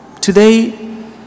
Today